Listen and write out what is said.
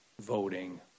voting